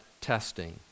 testing